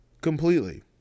Completely